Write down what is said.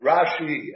Rashi